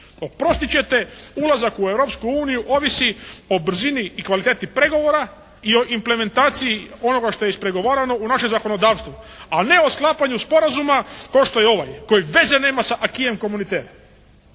Oprostit ćete ulazak u Europsku uniju ovisi o vrzini i kvaliteti pregovora i o implementaciji onoga što je ispregovarano u naše zakonodavstvo. A ne o sklapanju sporazuma kao što je ovaj koji veze nema sa Acquis Comunittaire,